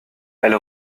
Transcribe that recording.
elle